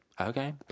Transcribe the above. okay